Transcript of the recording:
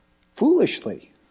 Foolishly